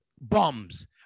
bums